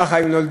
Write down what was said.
ככה היא נולדה,